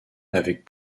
avec